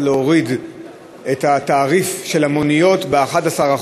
להוריד את התעריף של המוניות ב-11%,